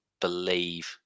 believe